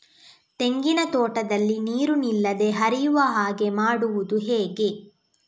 ತೆಂಗಿನ ತೋಟದಲ್ಲಿ ನೀರು ನಿಲ್ಲದೆ ಹರಿಯುವ ಹಾಗೆ ಮಾಡುವುದು ಹೇಗೆ?